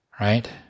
Right